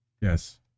Yes